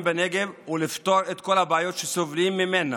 בנגב ולפתור את כל הבעיות שהם סובלים מהן,